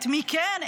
את מי כן,